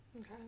Okay